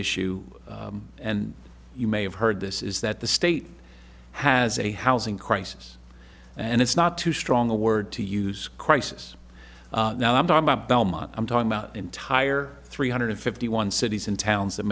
issue and you may have heard this is that the state has a housing crisis and it's not too strong a word to use crisis now i'm talking about belmont i'm talking about entire three hundred fifty one cities and towns